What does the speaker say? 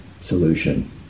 solution